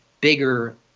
bigger